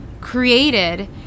created